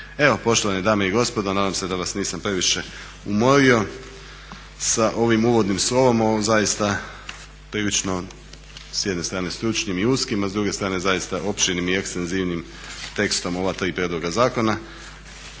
Evo poštovane dame i gospodo, nadam se da vas nisam previše umorio sa ovim uvodnim slovom o ovom zaista prilično s jedne strane stručnim i uskim, a s druge strane zaista opširnim i ekstenzivnim tekstom u ova tri prijedloga zakona.